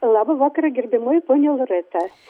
labą vakarą gerbiamoji ponia loreta